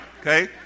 okay